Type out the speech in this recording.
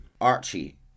Archie